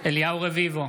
אליהו רביבו,